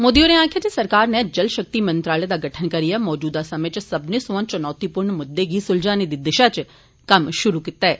मोदी होरें आक्खेआ जे सरकार नै जलशक्ति मंत्रालय दा गठन करियै मौजूदा समें इच सब्बनें सोआं चुनौतीपूर्ण मुद्दें गी सुलझाने दी दिशा इच कम्म शुरू कीता ऐ